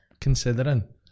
Considering